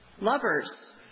Lovers